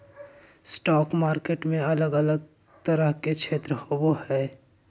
stock market में अलग अलग तरह के क्षेत्र होबो हइ